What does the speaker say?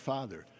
Father